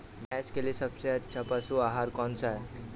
भैंस के लिए सबसे अच्छा पशु आहार कौन सा है?